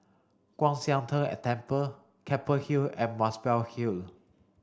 Kwan Siang Tng a Temple Keppel Hill and Muswell Hill